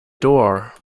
door